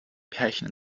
pärchen